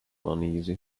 uneasy